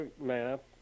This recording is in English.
map